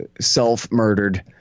self-murdered